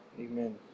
amen